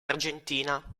argentina